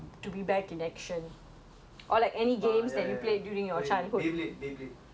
err ya ya ya புரிது:purithu beyblade beyblade beyblade தெரியுமா:theriyuma